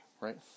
right